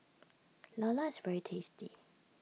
Lala is very tasty